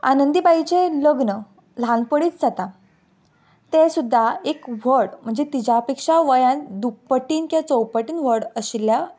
आनंदी बाईचें लग्न ल्हानपणीच जाता तें सुद्दां एक व्हड म्हणजे तिज्या पेक्षा वयान दुप्पटीन के चौपटीन व्हड आशिल्ल्या